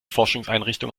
forschungseinrichtung